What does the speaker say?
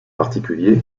particulier